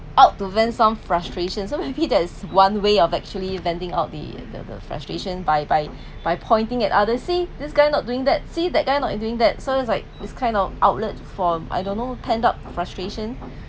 out to vent some frustration so maybe there's one way of actually venting out the the the frustration by by by pointing at others see this guy not doing that see that guy not doing that so it's like this kind of outlet for I don't know tend up frustration